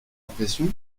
impression